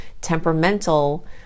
temperamental